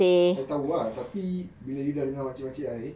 I tahu ah tapi bila you dah dengan makcik-makcik I